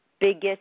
biggest